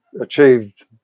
achieved